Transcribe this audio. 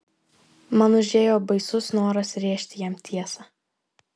man užėjo baisus noras rėžti jam tiesą